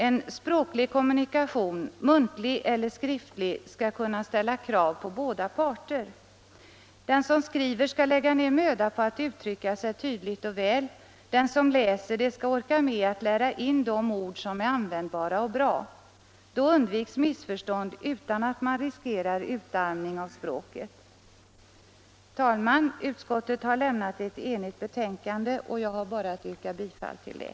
En språklig kommunikation, muntlig eller skriftlig, skall kunna ställa krav på båda parter. Den som skriver skall lägga ned möda på att uttrycka sig tydligt och väl, den som läser det skall orka med att lära in de ord som är användbara och bra. Då undviks missförstånd utan att man riskerar utarmning av språket. Herr talman! Utskottet har avlämnat ett enigt betänkande och jag har bara att yrka bifall till det.